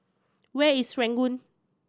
where is Serangoon